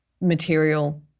material